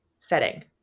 setting